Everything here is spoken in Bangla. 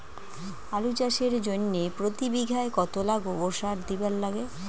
আলু চাষের জইন্যে প্রতি বিঘায় কতোলা গোবর সার দিবার লাগে?